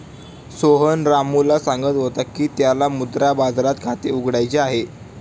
सोहन रामूला सांगत होता की त्याला मुद्रा बाजारात खाते उघडायचे आहे